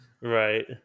Right